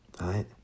right